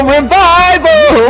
Revival